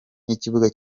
n’ikibuga